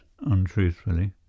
untruthfully